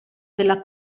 della